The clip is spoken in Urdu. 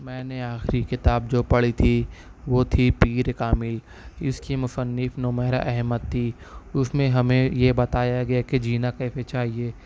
میں نے آخری کتاب جو پڑھی تھی وہ تھی پیر کامل اس کی مصنف نمیرہ احمد تھی اس میں ہمیں یہ بتایا گیا کہ جینا کیسے چاہیے